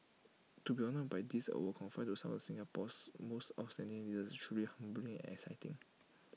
to be honoured by this award conferred on some of Singapore's most outstanding leaders is truly humbling and exciting